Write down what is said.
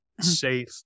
safe